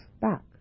back